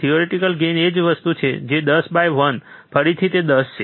theoretical gain એ જ વસ્તુ છે 10 બાય 1 ફરીથી તે 10 છે